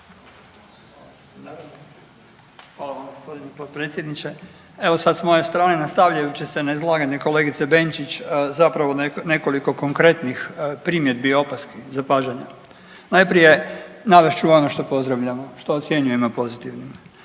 Hvala vam g. potpredsjedniče, evo sad s moje strane, nastavljajući se na izlaganje kolegice Benčić, zapravo nekoliko konkretnih primjedbi i opaski, zapažanja. Najprije, navest ću ono što pozdravljamo, što ocjenjujemo pozitivnim.